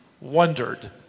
wondered